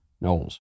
Knowles